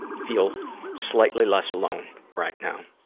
feel slightly less alone right now,